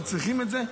שצריכים את זה.